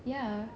ya